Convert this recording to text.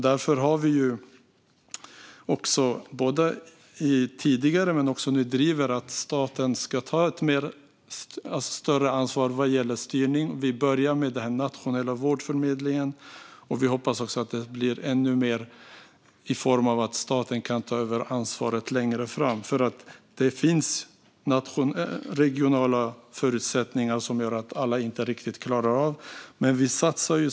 Därför har vi både tidigare och nu drivit att staten ska ta ett större ansvar vad gäller styrning. Vi börjar med den nationella vårdförmedlingen, och vi hoppas att det blir ännu mer längre fram genom att staten tar över ansvaret. Det finns regionala förutsättningar som gör att alla inte riktigt klarar av detta.